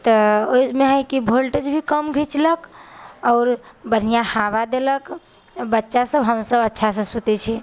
तऽ ओहिमे हइ कि वोल्टेज भी कम घिञ्चलक आओर बढ़िआँ हवा देलक बच्चा सभ हम सभ अच्छासँ सुतै छी